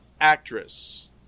actress